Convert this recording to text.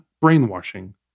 brainwashing